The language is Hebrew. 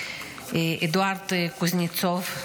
אדוארד קוזנצוב.